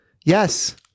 Yes